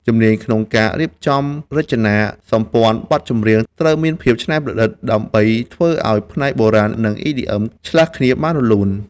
ជំនាញក្នុងការរៀបចំរចនាសម្ព័ន្ធបទចម្រៀង ត្រូវមានភាពច្នៃប្រឌិត ដើម្បីធ្វើឱ្យផ្នែកបុរាណ និង EDM ឆ្លាស់គ្នាបានយ៉ាងរលូន។